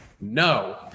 no